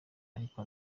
ariko